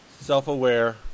Self-aware